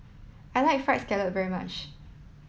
I like fried scallop very much